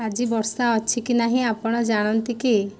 ଆଜି ବର୍ଷା ଅଛି କି ନାହିଁ ଆପଣ ଜାଣନ୍ତି କି